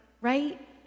right